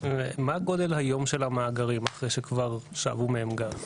מה גודל היום של המאגרים אחרי שכבר שאבו מהם גז?